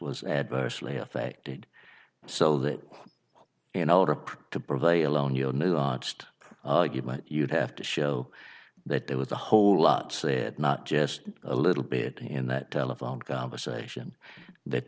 was adversely affected so that in order to provide a alone your nuanced argument you'd have to show that there was a whole lot said not just a little bit in that telephone conversation that